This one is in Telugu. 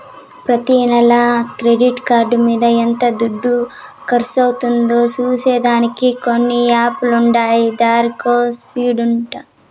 ప్రతి నెల క్రెడిట్ కార్డు మింద ఎంత దుడ్డు కర్సయిందో సూసే దానికి కొన్ని యాపులుండాయి గదరా సిన్నోడ